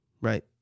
right